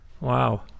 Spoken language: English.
Wow